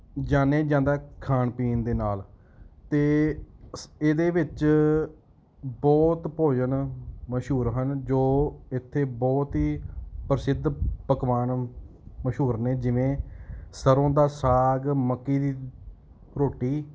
ਜਾਣਿਆਂ ਜਾਂਦਾ ਖਾਣ ਪੀਣ ਦੇ ਨਾਲ ਅਤੇ ਅਸ ਇਹਦੇ ਵਿੱਚ ਬਹੁਤ ਭੋਜਨ ਮਸ਼ਹੂਰ ਹਨ ਜੋ ਇੱਥੇ ਬਹੁਤ ਹੀ ਪ੍ਰਸਿੱਧ ਪਕਵਾਨ ਮਸ਼ਹੂਰ ਨੇ ਜਿਵੇ ਸਰੋਂ ਦਾ ਸਾਗ ਮੱਕੀ ਦੀ ਰੋਟੀ